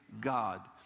God